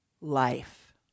life